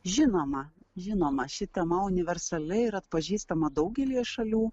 žinoma žinoma ši tema universali ir atpažįstama daugelyje šalių